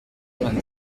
vingt